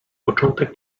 początek